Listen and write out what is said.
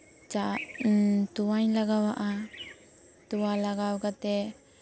ᱪᱟ ᱛᱳᱣᱟᱧ ᱞᱟᱜᱟᱣᱟᱜᱼᱟ ᱛᱳᱣᱟ ᱞᱟᱜᱟᱣ ᱠᱟᱛᱮᱫ